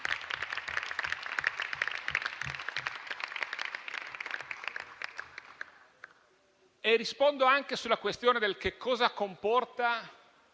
Rispondo anche sulla questione di che cosa comporta